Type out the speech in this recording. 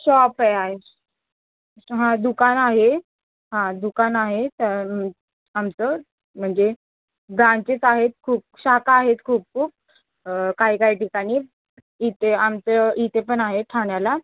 shop आहे आहे हां दुकानं आहे हां दुकानं आहे तर आमचं म्हणजे ब्रांचेस आहेत खूप शाखा आहेत खूप खूप कही काही ठिकाणी इथे आमचं इथे पण आहे ठाण्याला